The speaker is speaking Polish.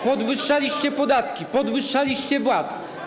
Podwyższaliście podatki, podwyższaliście VAT.